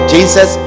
Jesus